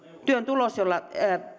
työn tulos jolla